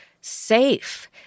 safe